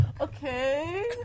Okay